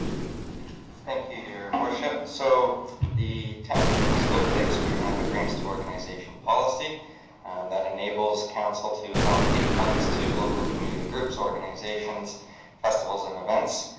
you your worship so the township of muskoka lakes we have a grants to organization policy that enables council to allocate funds to local community groups organizations festivals and events